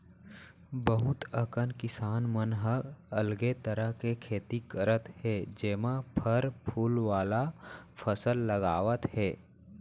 बहुत अकन किसान मन ह अलगे तरह के खेती करत हे जेमा फर फूल वाला फसल लगावत हे